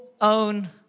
own